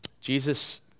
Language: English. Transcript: Jesus